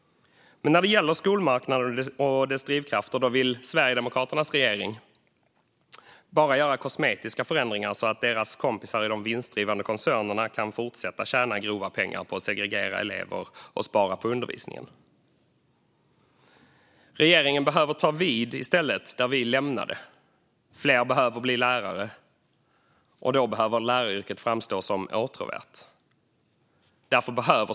Men när det gäller skolmarknaden och dess drivkrafter vill Sverigedemokraternas regering bara göra kosmetiska förändringar, så att deras kompisar i de vinstdrivande koncernerna kan fortsätta tjäna grova pengar på att segregera elever och spara på undervisningen. Regeringen behöver i stället ta vid där vi lämnade. Fler behöver bli lärare, och därför behöver läraryrket framstå som åtråvärt.